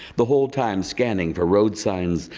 the whole time scanning for road signs,